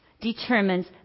determines